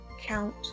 count